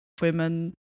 women